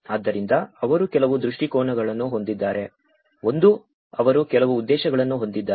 ಆದ್ದರಿಂದ ಅವರು ಕೆಲವು ದೃಷ್ಟಿಕೋನಗಳನ್ನು ಹೊಂದಿದ್ದಾರೆ ಒಂದು ಅವರು ಕೆಲವು ಉದ್ದೇಶಗಳನ್ನು ಹೊಂದಿದ್ದಾರೆ